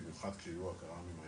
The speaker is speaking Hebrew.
במיוחד שיהיו הקר"מיים האלה,